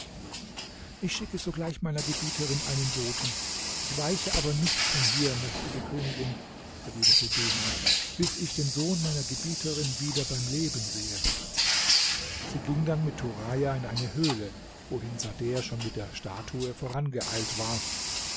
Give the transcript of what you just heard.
ich schicke sogleich meiner gebieterin einen boten ich weiche aber nicht von hier mächtige königin erwiderte duha bis ich den sohn meiner gebieterin wieder beim leben sehe sie ging dann mit turaja in eine höhle wohin sader schon mit der statue vorangeeilt war